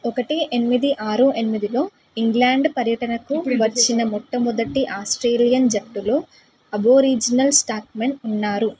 ఒకటి ఎనిమిది ఆరు ఎనిమిదిలో ఇంగ్లాండ్ పర్యటనకు వచ్చిన మొట్టమొదటి ఆస్ట్రేలియన్ జట్టులో అబోరీజినల్ స్టాక్మెన్ ఉన్నారు